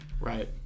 right